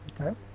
Okay